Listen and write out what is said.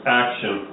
action